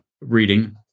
reading